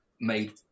made